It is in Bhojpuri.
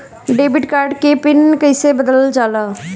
डेबिट कार्ड के पिन कईसे बदलल जाला?